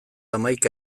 hamaika